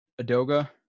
Adoga